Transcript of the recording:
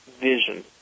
vision